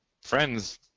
friends